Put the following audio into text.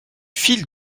file